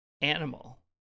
animal